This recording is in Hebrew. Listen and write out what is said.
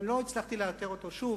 לא הצלחתי לאתר אותו שוב,